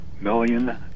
million